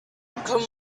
good